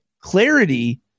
Clarity